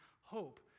hope